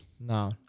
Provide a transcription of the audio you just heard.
no